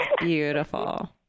beautiful